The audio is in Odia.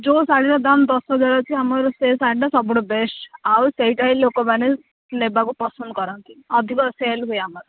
ଯେଉଁ ଶାଢ଼ୀର ଦାମ୍ ଦଶ ହଜାର ଅଛି ଆମର ସେଇ ଶାଢ଼ୀଟା ସବୁଠୁ ବେଷ୍ଟ୍ ଆଉ ସେଇଟା ହିଁ ଲୋକମାନେ ନେବାକୁ ପସନ୍ଦ କରନ୍ତି ଅଧିକ ସେଲ୍ ହୁଏ ଆମର